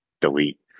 delete